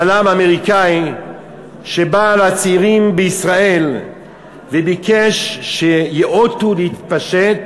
צלם אמריקני שבא לצעירים בישראל וביקש שייאותו להתפשט